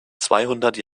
zweihundert